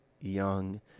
young